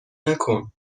نکن